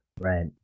Right